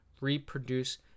reproduce